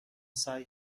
سعی